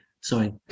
Sorry